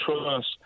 trust